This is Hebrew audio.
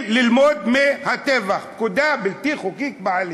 ללמוד מהטבח: פקודה בלתי חוקית בעליל.